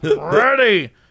Ready